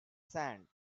sand